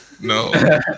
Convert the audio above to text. No